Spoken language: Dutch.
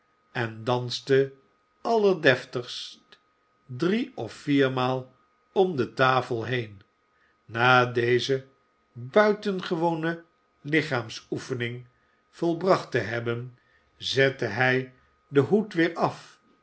en danste allerdeftigst drie of viermaal om de tafel heen na deze buitengewone lichaamsoefening volbracht te hebben zette hij den hoed weer af